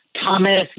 Thomas